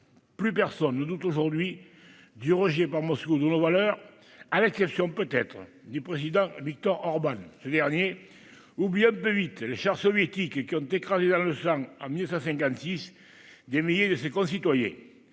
Plus personne ne doute aujourd'hui du rejet par Moscou de nos valeurs, à l'exception peut-être du président Viktor Orbán. Ce dernier oublie un peu vite les chars soviétiques qui ont écrasé dans le sang, en 1956, des milliers de ses concitoyens.